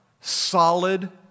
solid